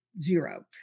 zero